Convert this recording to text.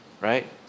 Right